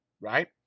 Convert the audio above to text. right